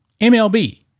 MLB